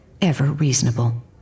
ever-reasonable